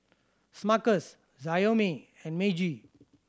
Smuckers Xiaomi and Meiji